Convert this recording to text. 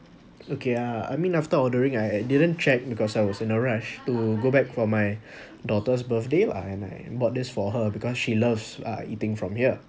okay uh I mean after ordering I I didn't check because I was in a rush to go back for my daughter's birthday lah and I bought this for her because she loves uh eating from here